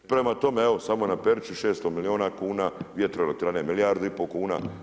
Prema tome, evo samo na Peruči 600 milijuna kuna vjetroelektrane milijardu i pol kuna.